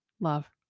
love